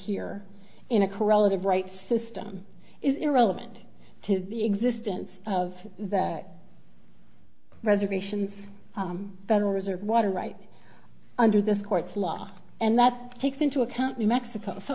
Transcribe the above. here in a corroded right system is irrelevant to the existence of that reservation federal reserve water right under this court's law and that takes into account new mexico so